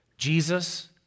Jesus